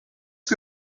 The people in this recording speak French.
que